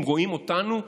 הם רואים אותנו,